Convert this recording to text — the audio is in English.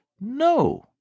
No